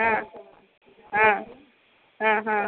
ಹಾಂ ಹಾಂ ಹಾಂ ಹಾಂ